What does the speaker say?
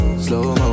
Slow-mo